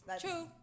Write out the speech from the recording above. True